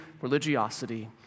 religiosity